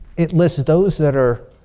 it lists those that are